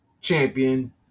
champion